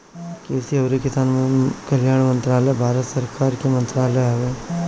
कृषि अउरी किसान कल्याण मंत्रालय भारत सरकार के मंत्रालय हवे